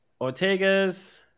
Ortegas